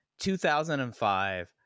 2005